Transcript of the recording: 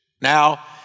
Now